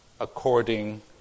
according